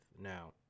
Now